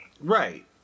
Right